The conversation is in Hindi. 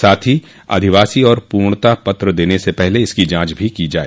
साथ ही अधिवासी आर पूर्णता पत्र देने से पहले इसकी जांच भी की जाए